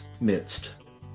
midst